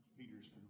Peter's